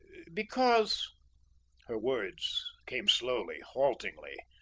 because her words came slowly, haltingly,